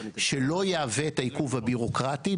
שלא יהווה את העיכוב הבירוקרטי.